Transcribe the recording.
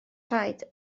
traed